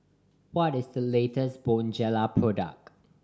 what is the latest Bonjela product